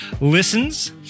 listens